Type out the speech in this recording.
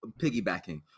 piggybacking